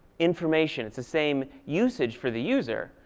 information. it's the same usage for the user.